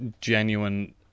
genuine